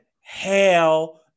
hell